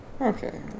Okay